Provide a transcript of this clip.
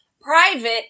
private